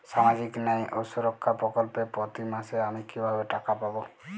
সামাজিক ন্যায় ও সুরক্ষা প্রকল্পে প্রতি মাসে আমি কিভাবে টাকা পাবো?